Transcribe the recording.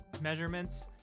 measurements